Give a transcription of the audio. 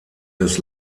des